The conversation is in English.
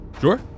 Sure